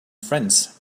friends